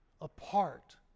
apart